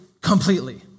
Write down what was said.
completely